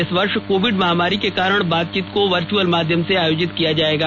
इस वर्ष कोविड महामारी के कारण बातचीत को वर्च्अल माध्यम से आयोजित किया जाएगा